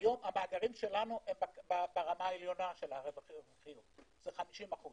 היום המאגרים שלנו הם ברמה העליונה של הרווחיות 50%